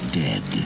dead